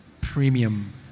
premium